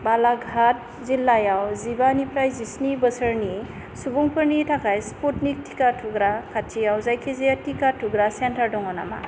बालाघात जिल्लायाव जिबानिफ्राय जिस्नि बोसोरनि सुबुंफोरनि थाखाय स्पुटनिक टिका थुग्रा खाथियाव जायखिजाया टिका थुग्रा सेन्टार दङ नामा